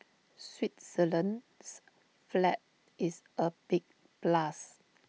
Switzerland's flag is A big plus